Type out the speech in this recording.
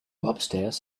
upstairs